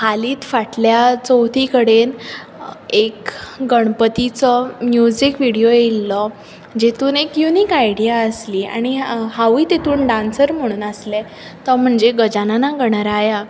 हालींच फाटल्या चवथी कडेन एक गणपतीचो म्युझिक विडियो येयिल्लो जातूंत एक युनिक आयडिया आसली आनी हांवूय तातूंत डान्सर म्हणून आसलें तो म्हणजे गजानाना गणराया